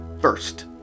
first